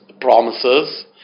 promises